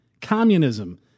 communism